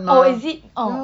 oh is it orh